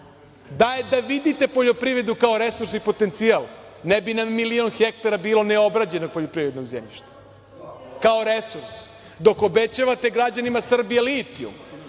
Da je da vidite poljoprivredu kao resurs i potencija ne bi nam milion hektara bilo neobrađeno poljoprivrednog zemljišta, kao resurs, dok obećavate građanima Srbije litijum